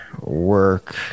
work